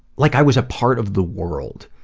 like i was a part of the world,